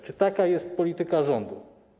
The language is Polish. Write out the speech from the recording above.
Czy taka jest polityka rządu?